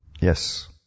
Yes